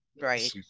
right